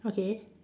okay